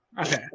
Okay